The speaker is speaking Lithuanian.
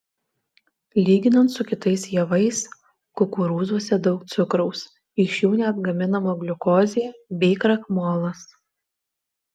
lyginant su kitais javais kukurūzuose daug cukraus iš jų net gaminama gliukozė bei krakmolas